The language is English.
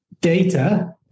data